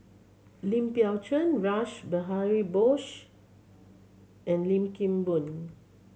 Lim Biow Chuan Rash Behari Bose and Lim Kim Boon